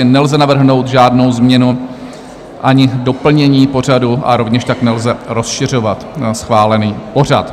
Nelze navrhnout žádnou změnu ani doplnění pořadu a rovněž tak nelze rozšiřovat schválený pořad.